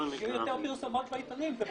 יהיו יותר פרסומות בעיתונים.